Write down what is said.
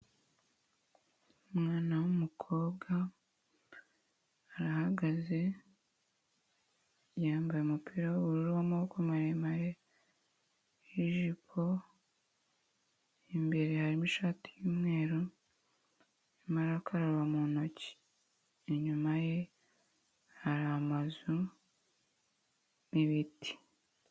Umwana w'umukobwa arahagaze yambaye umupira w'ubururu w'amaboko maremare n'ijipo, imbere harimo ishati y'umweru arimo arakaraba mu ntoki, inyuma ye hari amazu n'ibiti.